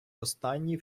останній